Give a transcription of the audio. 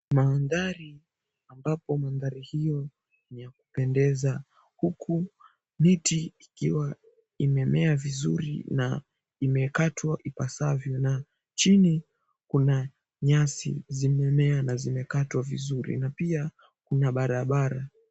Maandhari ambapo maandhari hiyo ni yakupendeza huku miti ikiwa imemea vizuri na imekatwa ipasavyo na chini kuna nyasi zimemea na zimekatwa vizuri na pia kuna barabara.